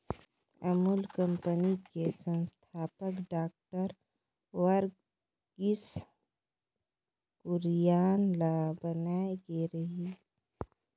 Amul company के संस्थापक doctor Verghese Kurien ल बनाए गे रिहिस